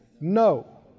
No